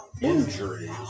injuries